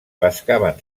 pescaven